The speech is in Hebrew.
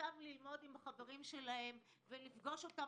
זכותם ללמוד עם החברים שלהם ולפגוש אותם